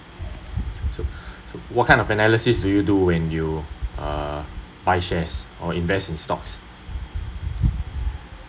so so what kind of analysis do you do when you uh buy shares or invest in stocks